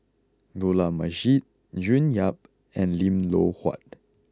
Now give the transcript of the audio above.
Dollah Majid June Yap and Lim Loh Huat